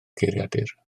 geiriadur